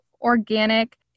organic